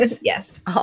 yes